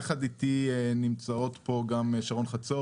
יחד איתי נמצאות פה גם שרון חצור